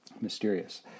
mysterious